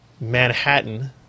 Manhattan